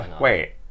Wait